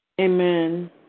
Amen